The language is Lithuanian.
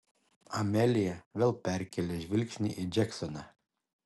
amelija vėl perkėlė žvilgsnį į džeksoną